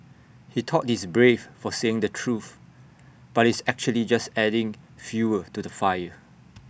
he thought he's brave for saying the truth but he's actually just adding fuel to the fire